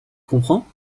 comprends